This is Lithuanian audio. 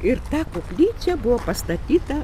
ir ta koplyčia buvo pastatyta